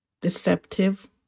deceptive